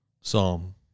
Psalm